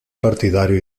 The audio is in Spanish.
partidario